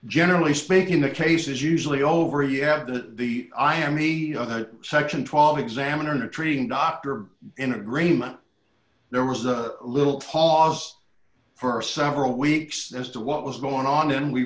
generally speaking the cases usually over you have the i am me section twelve examiner treating doctor in agreement there was a little pause for several weeks as to what was going on and we